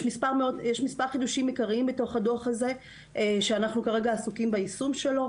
יש מספר חידושים עיקריים בתוך הדוח הזה שאנחנו כרגע עסוקים ביישום שלו.